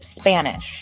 Spanish